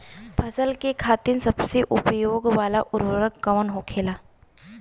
फसल के खातिन सबसे उपयोग वाला उर्वरक कवन होखेला?